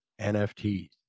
NFTs